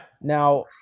Now